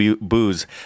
booze